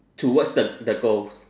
towards the the ghost